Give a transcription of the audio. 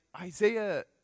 Isaiah